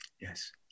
Yes